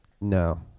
No